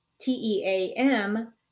T-E-A-M